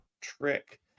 trick